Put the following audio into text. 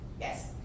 Yes